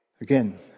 Again